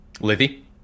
Livy